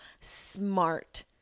smart